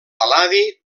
pal·ladi